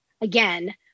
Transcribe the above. again